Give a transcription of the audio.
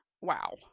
wow